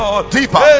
deeper